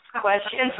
Questions